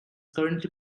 currently